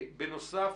בנוסף,